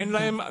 אין להם,